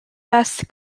best